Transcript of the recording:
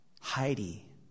Heidi